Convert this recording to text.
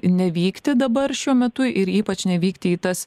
nevykti dabar šiuo metu ir ypač nevykti į tas